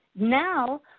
now